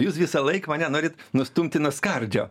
jūs visąlaik mane norit nustumti nuo skardžio